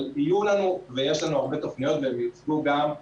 אבל יהיו לנו ויש לנו הרבה תוכניות, והן יוצגו גם.